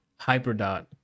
HyperDot